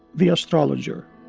the astrologer.